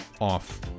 off